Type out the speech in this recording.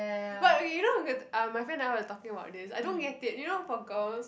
but you know okay ah my friend and I were talking about this I don't get it you know for girls